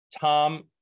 Tom